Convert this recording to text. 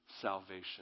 salvation